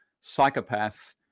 psychopath